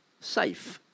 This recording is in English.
safe